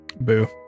Boo